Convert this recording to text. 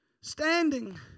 standing